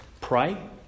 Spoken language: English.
Pray